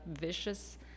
vicious